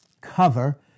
cover